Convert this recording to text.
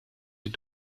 die